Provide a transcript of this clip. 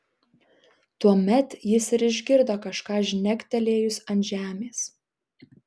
tuomet jis ir išgirdo kažką žnektelėjus ant žemės